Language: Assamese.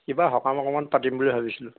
কিবা সকাম অকণমান পাতিম বুলি ভাবিছিলোঁ